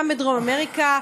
גם בדרום אמריקה,